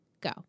go